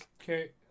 Okay